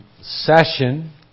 session